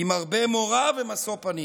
עם הרבה מורא ומשוא פנים.